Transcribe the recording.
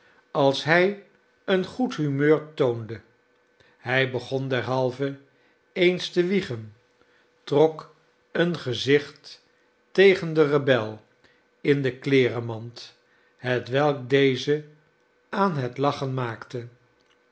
als hij een goed humeur toonde hij begon derhalve eens te wiegen trok een gezicht tegen den rebel in de kleerenmand hetwelk dezen aan het lachen maakte